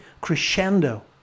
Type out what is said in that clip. crescendo